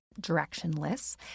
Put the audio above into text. directionless